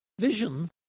vision